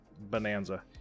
bonanza